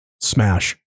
smash